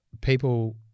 people